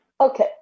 Okay